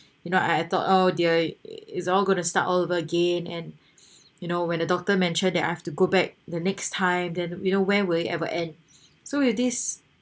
you know I I thought oh dear it it all going to start all over again and you know when a doctor mentioned that I have to go back the next time then we know where will it ever end so you this